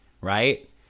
right